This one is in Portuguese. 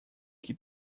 que